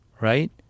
right